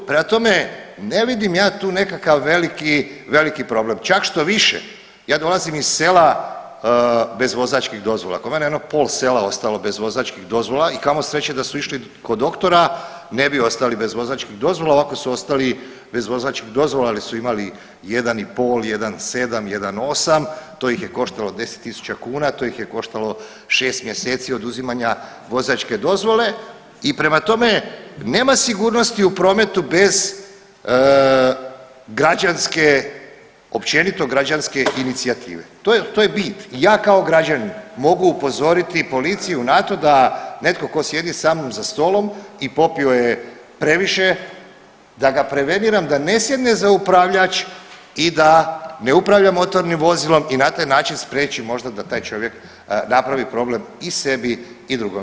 Prema tome, ne vidim ja tu nekakav veliki, veliki problem, čak štoviše ja dolazim iz sela bez vozačkih dozvola, kod mene je jedno pol sela ostalo bez vozačkih dozvola i kamo sreće da su išli kod doktora ne bi ostali bez vozačkih dozvola, ovako su ostali bez vozačkih dozvola jel su imali 1.5, 1.7, 1.8, to ih je koštalo 10 tisuća kuna, to ih je koštalo 6 mjeseci oduzimanja vozačke dozvole i prema tome nema sigurnosti u prometu bez građanske, općenito građanske inicijative, to je, to je bit i ja kao građanin mogu upozoriti policiju na to da netko ko sjedi sa mnom za stolom i popio je previše da ga preveniram da ne sjedne za upravljač i da ne upravlja motornim vozilom i na taj način spriječi možda da taj čovjek napravi problem i sebi i drugom.